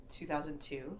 2002